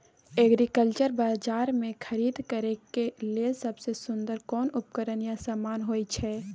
Agriculture बाजार में खरीद करे के लेल सबसे सुन्दर कोन उपकरण या समान होय छै?